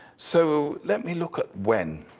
so let me look at when.